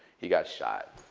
he got shot.